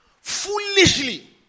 foolishly